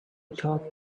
taught